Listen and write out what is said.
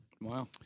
Wow